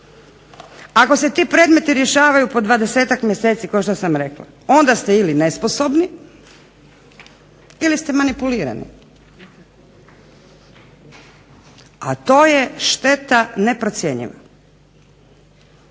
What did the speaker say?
ako se ti predmeti rješavaju po 20-ak mjeseci kao što sam rekla onda ste ili nesposobni ili ste manipulirani. A to je šteta neprocjenjiva.